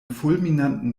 fulminanten